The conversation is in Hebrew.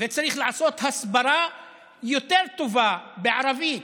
וצריך לעשות הסברה יותר טובה בערבית,